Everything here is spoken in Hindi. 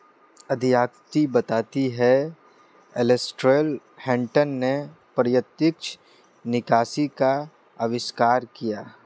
अध्यापिका बताती हैं एलेसटेयर हटंन ने प्रत्यक्ष निकासी का अविष्कार किया